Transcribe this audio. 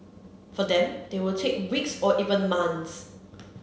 for them they will take weeks or even months